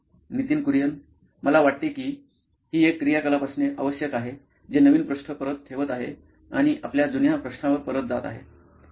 Nitin Kurian COO nine electronics मला वाटते की ही एक क्रियाकलाप असणे आवश्यक आहे जे नवीन पृष्ठ परत ठेवत आहे आणि आपल्या जुन्या पृष्ठावर परत जात आहे